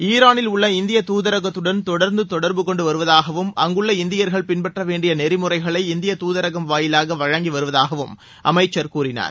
ஈரானில் உள்ள இந்திய தூதரகத்தடன் தொடர்ந்து தொடர்பு கொண்டு வருவதாகவும் அங்குள்ள இந்தியர்கள் பின்பற்ற வேண்டிய நெறிமுறைகளை இந்திய துதரகம் வாயிலாக வழங்கி வருவதாகவும் அமைச்சர் கூறினார்